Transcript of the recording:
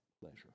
pleasure